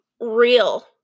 real